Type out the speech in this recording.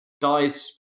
dies